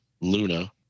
Luna